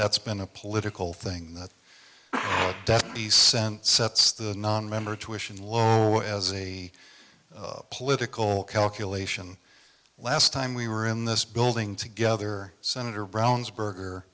that's been a political thing that the sense sets the nonmember tuition low as a political calculation last time we were in this building together senator brown's burger